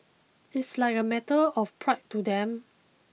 it's like a matter of pride to them